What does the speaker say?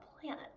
planet